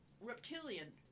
reptilian